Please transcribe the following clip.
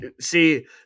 See